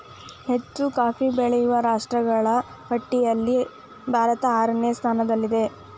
ಹೆಚ್ಚು ಕಾಫಿ ಬೆಳೆಯುವ ರಾಷ್ಟ್ರಗಳ ಪಟ್ಟಿಯಲ್ಲಿ ಭಾರತ ಆರನೇ ಸ್ಥಾನದಲ್ಲಿದೆ